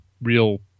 real